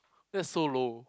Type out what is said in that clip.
that's so low